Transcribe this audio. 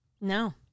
No